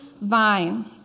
vine